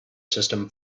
system